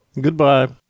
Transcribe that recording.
Goodbye